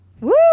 Woo